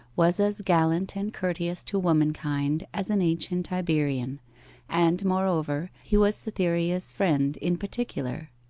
was as gallant and courteous to womankind as an ancient iberian and, moreover, he was cytherea's friend in particular,